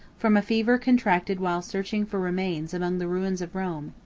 from a fever contracted while searching for remains among the ruins of rome.